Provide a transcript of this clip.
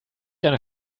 einer